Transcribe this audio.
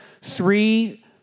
three